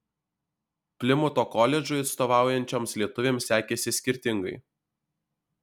plimuto koledžui atstovaujančioms lietuvėms sekėsi skirtingai